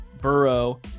Burrow